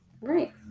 Right